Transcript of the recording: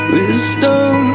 Wisdom